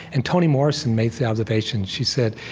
and toni morrison made the observation she said,